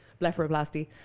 blepharoplasty